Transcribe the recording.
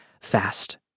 fast